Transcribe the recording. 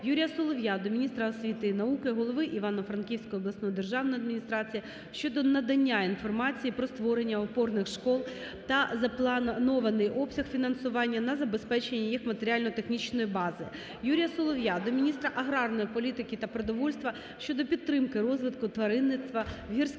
Юрія Солов'я до міністра освіти і науки, голови Івано-Франківської обласної державної адміністрації щодо надання інформації про створення опорних шкіл та заплановий обсяг фінансування на забезпечення їх матеріально-технічної бази. Юрія Солов'я до міністра аграрної політики та продовольства щодо підтримки розвитку тваринництва в гірських